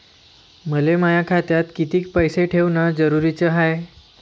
मले माया खात्यात कितीक पैसे ठेवण जरुरीच हाय?